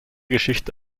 geschichte